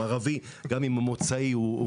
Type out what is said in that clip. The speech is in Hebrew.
אני לא ערבי, גם אם מוצאי מזרחי.